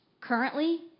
currently